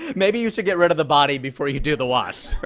maybe you should get rid of the body before you do the wash. right?